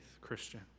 Christian